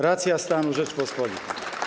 Racja stanu Rzeczypospolitej.